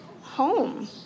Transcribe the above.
home